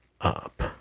up